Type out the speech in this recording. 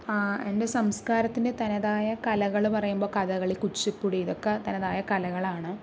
എൻ്റെ സംസ്കാരത്തിൻ്റെ തനതായ കലകള് പറയുമ്പോൾ കഥകളി കുച്ചിപ്പുടി ഇതൊക്കെ തനതായ കലകളാണ്